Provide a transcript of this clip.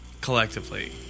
collectively